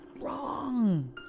wrong